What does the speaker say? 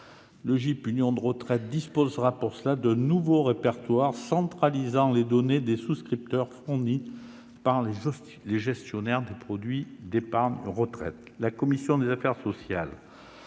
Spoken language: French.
Le GIP Union Retraite disposera, à cette fin, de nouveaux répertoires centralisant les données des souscripteurs fournies par les gestionnaires du produit d'épargne retraite. La commission des affaires sociales